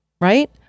right